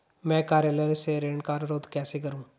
मैं कार्यालय से ऋण का अनुरोध कैसे करूँ?